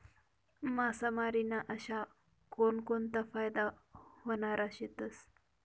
मासामारी ना अशा कोनकोनता फायदा व्हनारा शेतस?